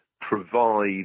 provide